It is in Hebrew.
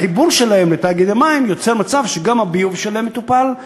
החיבור שלהם לתאגידי המים יוצר מצב שגם הביוב שלהם מטופל,